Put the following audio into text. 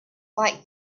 like